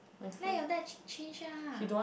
let your dad ch~ change ah